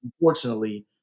unfortunately